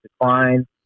decline